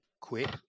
quit